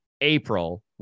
April